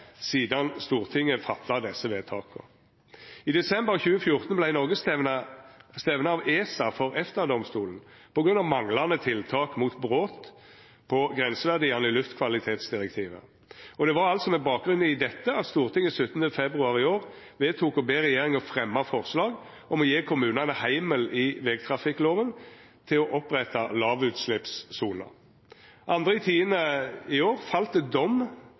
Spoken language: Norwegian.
Stortinget fatta desse vedtaka. I desember 2014 vart Noreg stemna av ESA for EFTA-domstolen på grunn av manglande tiltak mot brot på grenseverdiane i luftkvalitetsdirektivet. Og det var altså med bakgrunn i dette at Stortinget 17. mars i år vedtok å be «regjeringen fremme forslag om å gi kommunene hjemmel i vegtrafikkloven til å opprette lavutslippssoner». Den 2. oktober i år fall det dom